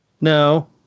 no